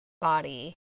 body